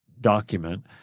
document